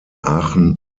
aachen